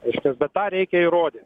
reiškias bet ką reikia įrodyt